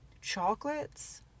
chocolates